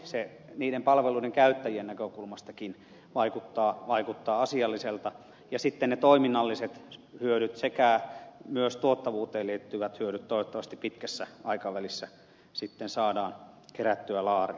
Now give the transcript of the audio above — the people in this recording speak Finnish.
se niiden palveluiden käyttäjien näkökulmastakin vaikuttaa asialliselta ja sitten ne toiminnalliset hyödyt sekä myös tuottavuuteen liittyvät hyödyt toivottavasti pitkässä aikavälissä saadaan kerättyä laariin